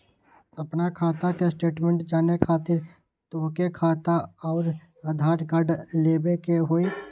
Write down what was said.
आपन खाता के स्टेटमेंट जाने खातिर तोहके खाता अऊर आधार कार्ड लबे के होइ?